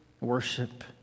Worship